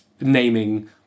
naming